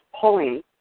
pulling